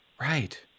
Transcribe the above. Right